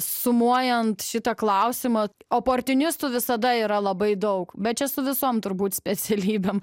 sumuojant šitą klausimą oportunistų visada yra labai daug bet čia su visom turbūt specialybėm